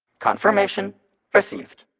confirmation received